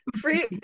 Free